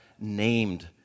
named